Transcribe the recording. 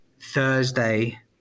Thursday